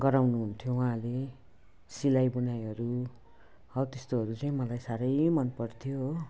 गराउनुहुन्थ्यो उहाँले सिलाईबुनाईहरू हौ त्यस्तोहरू चाहिँ मलाई साह्रै मनपर्थ्यो हो